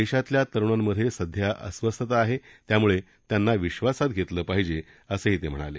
देशातल्या तरूणांमधे सध्या अस्वस्थता आहे त्यामुळे त्यांना विश्वासात घेतलं पाहिजे असंही ते म्हणाले